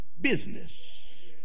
business